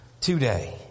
today